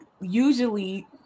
usually